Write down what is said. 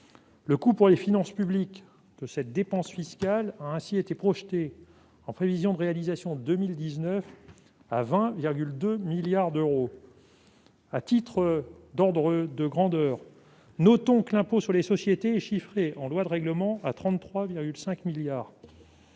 Le coût pour les finances publiques de cette dépense fiscale a ainsi été projeté en prévision de réalisation 2019 à 20,2 milliards d'euros. À titre de comparaison, le produit de l'impôt sur les sociétés est évalué en loi de règlement à 33,5 milliards